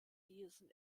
diesen